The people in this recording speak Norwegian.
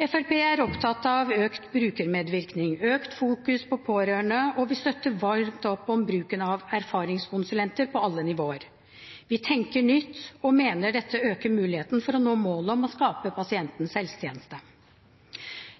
Fremskrittspartiet er opptatt av økt brukermedvirkning og økt fokus på pårørende, og vi støtter varmt opp om bruken av erfaringskonsulenter på alle nivåer. Vi tenker nytt og mener dette øker muligheten for å nå målet om å skape pasientens helsetjeneste.